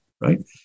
right